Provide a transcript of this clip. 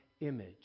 image